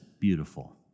beautiful